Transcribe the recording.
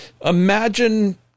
imagine